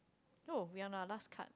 no we are no a last card